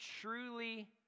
truly